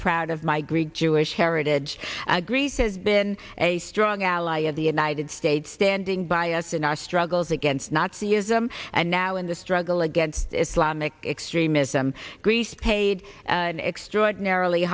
proud of my greek jewish heritage agrees has been a strong ally of the united states standing by us in our struggles that day it's not c ism and now in the struggle against islamic extremism greece paid an extraordinarily